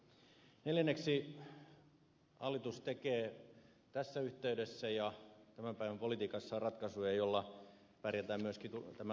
neljänneksi hallitus tekee tässä yhteydessä ja tämän päivän politiikassaan ratkaisuja joilla pärjätään myöskin tämän laman jälkeen